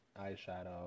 eyeshadow